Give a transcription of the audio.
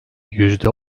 yüzde